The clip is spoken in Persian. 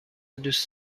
دوست